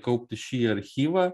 kaupti šį archyvą